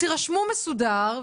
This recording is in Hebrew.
תסכימי איתי שזה פשוט בדיחה,